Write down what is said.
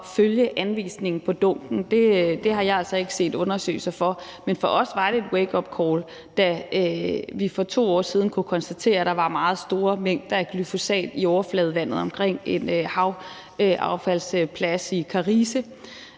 følge anvisningen på dunken, har jeg altså ikke set undersøgelser af. Men for os var det et wakeupcall, da vi for 2 år siden kunne konstatere, at der var meget store mængder af glyfosat i overfladevandet omkring en haveaffaldsplads i Karise.